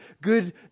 good